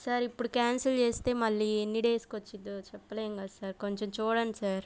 sir ఇప్పుడు cancel చేస్తే మళ్ళీ ఎన్ని డేస్కి వస్తుందో చెప్పలేం కదా సార్ కొంచెం చూడండి సార్